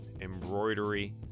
embroidery